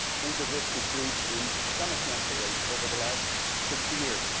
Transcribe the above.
think of this decrease in stomach cancer rates over the last sixty years.